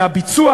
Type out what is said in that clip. והביצוע,